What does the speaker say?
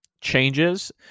changes